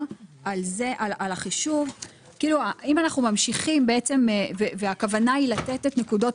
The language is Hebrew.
אם אנחנו ממשיכים והכוונה היא לתת את נקודות